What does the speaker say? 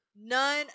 none